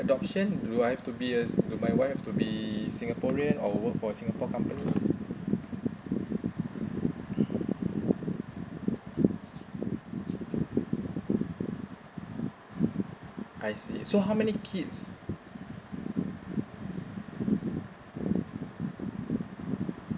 adoption do I have to be a do my wife to be singaporean or work for singapore company I see so how many kids